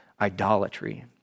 idolatry